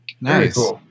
Nice